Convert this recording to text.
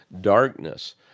darkness